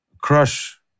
crush